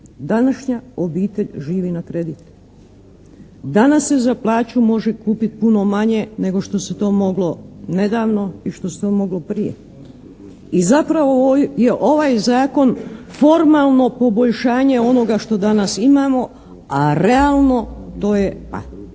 Današnja obitelj živi na kredite. Danas se za plaću može kupiti puno manje nego što se to moglo nedavno i što se to moglo prije. I zapravo ovaj Zakon formalno poboljšanje onoga što danas imamo, a realno to je …